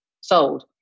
sold